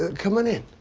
ah come on in.